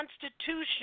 Constitution